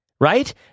right